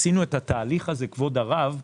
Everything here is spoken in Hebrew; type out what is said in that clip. כבוד הרב,